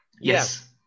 Yes